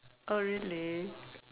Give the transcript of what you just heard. oh really